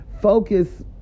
focus